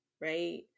right